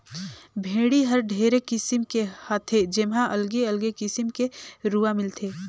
भेड़ी हर ढेरे किसिम के हाथे जेम्हा अलगे अगले किसिम के रूआ मिलथे